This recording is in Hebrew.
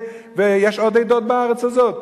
ויש עוד עדות בארץ הזאת?